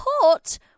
court